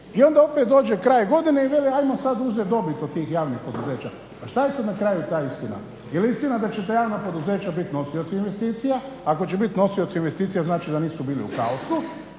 I onda opet dođe kraj godine i vele ajmo sada uzeti dobit od tih javnih poduzeća. Pa šta je na kraju sada ta istina? Jel istina da će javna poduzeća biti nosioci investicija ako će biti nosioci investicija znači da nisu bili u kaosu.